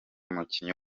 umukinnyi